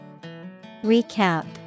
Recap